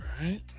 right